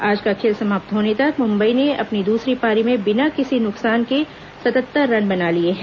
आज का खेल समाप्त होने तक मुंबई ने अपनी दूसरी पारी में बिना किसी नुकसान के सतहत्तर रन बना लिए हैं